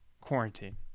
Quarantine